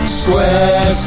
square